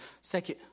Second